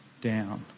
down